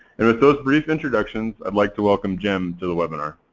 and with those brief introductions i'd like to welcome jem to the webinar.